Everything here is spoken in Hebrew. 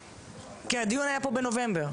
כי הדיון היה פה בנובמבר,